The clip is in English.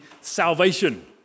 salvation